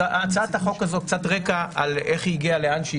הצעת החוק הזאת קצת רקע על איך היא הגיעה לאן שהיא